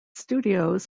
studios